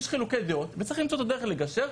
יש חילוקי דעות וצריך למצוא את הדרך לגשר,